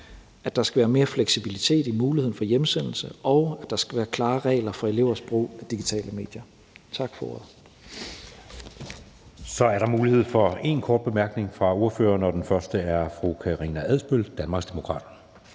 at der skal være mere fleksibilitet i muligheden for hjemsendelse, og at der skal være klare regler for elevers brug af digitale medier. Tak for ordet. Kl. 17:08 Anden næstformand (Jeppe Søe): Så er der mulighed for én kort bemærkning fra ordførerne, og den første er fru Karina Adsbøl, Danmarksdemokraterne.